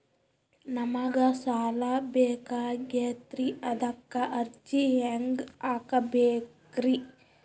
ನಮಗ ಸಾಲ ಬೇಕಾಗ್ಯದ್ರಿ ಅದಕ್ಕ ಅರ್ಜಿ ಹೆಂಗ ಹಾಕಬೇಕ್ರಿ?